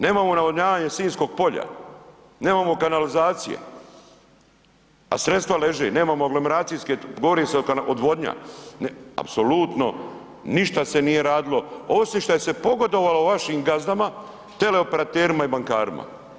Nemamo navodnjavanje sinjskog polja, nemamo kanalizacije, a sredstva leže, nemamo aglomeracijske govori se odvodnja apsolutno ništa se nije radilo osim što je se pogodovalo vašim gazdama teleoperaterima i bankarima.